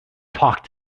talk